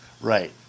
Right